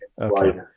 okay